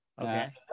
Okay